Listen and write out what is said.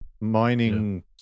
mining